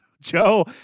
Joe